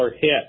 hit